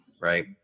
right